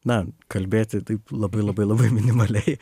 na kalbėti taip labai labai labai minimaliai